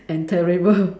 and terrible